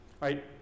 right